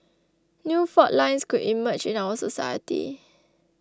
new fault lines could emerge in our society